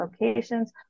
locations